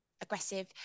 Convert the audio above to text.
aggressive